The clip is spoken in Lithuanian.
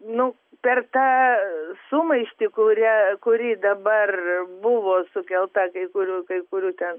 nu per tą sumaištį kurią kuri dabar buvo sukelta kai kurių kai kurių ten